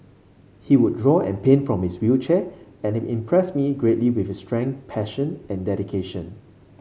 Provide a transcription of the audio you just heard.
he would draw and paint from his wheelchair and it impressed me greatly with his strength passion and dedication